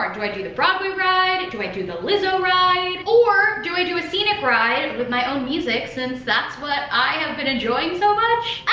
do i do the broadway ride, do i do the lizzo ride, or do i do a scenic ride with my own music since that's what i have been enjoying so much?